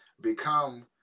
become